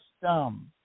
system